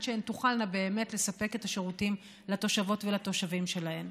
שהן תוכלנה באמת לספק את השירותים לתושבות ולתושבים שלהן.